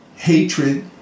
Hatred